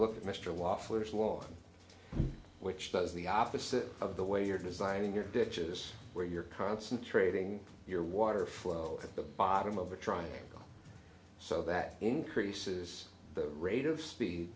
floor which does the opposite of the way you're designing your ditches where you're concentrating your water flow at the bottom of the triangle so that increases the rate of speed